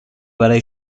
برای